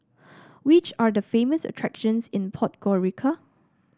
which are the famous attractions in Podgorica